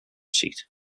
seat